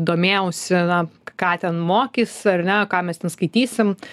domėjausi na ką ten mokys ar ne ką mes ten skaitysim